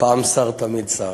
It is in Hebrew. פעם שר תמיד שר.